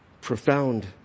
profound